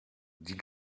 die